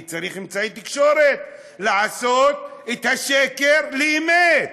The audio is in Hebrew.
אני צריך אמצעי תקשורת לעשות את השקר לאמת.